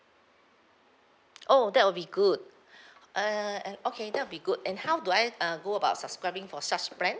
oh that will be good err and okay that will be good and how do I uh go about subscribing for such plan